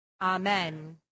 Amen